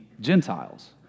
Gentiles